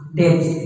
death